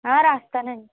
రాస్తాను అండి